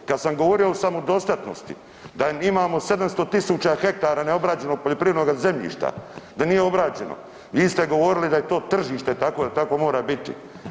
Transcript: Kad sam govorio o samodostatnosti da imamo 700.000 hektara neobrađenoga poljoprivrednoga zemljišta da nije obrađeno, vi ste govorili da je to tržište takvo da tako mora biti.